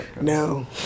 No